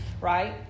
right